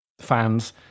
fans